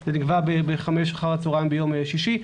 זה נקבע בחמש אחר הצוהריים ביום שישי.